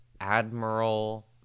Admiral